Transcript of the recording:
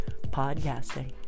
podcasting